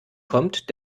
kommt